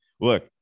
Look